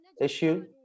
issue